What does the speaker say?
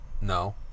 No